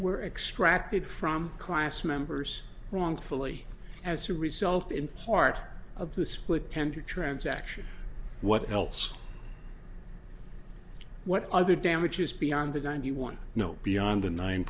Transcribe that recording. were extracted from class members wrongfully as a result in part of the split tender transaction what else what other damages beyond the ninety one no beyond the nine